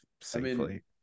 safely